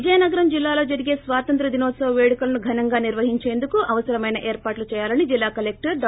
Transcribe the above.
విజయనగరం జిల్లాలో జరిగే స్వాతంత్ర్య దినోత్సవ పేడుకలను ఘనంగా నిర్వహించేందుకు అవసరమైన ఏర్పాట్లు చేయాలని జిల్లా కలెక్టర్ డా